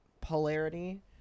polarity